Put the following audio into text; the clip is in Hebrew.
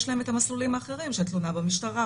יש להם את המסלולים האחרים של תלונה במשטרה,